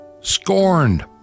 scorned